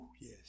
yes